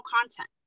content